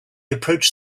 approached